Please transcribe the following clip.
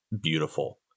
beautiful